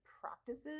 practices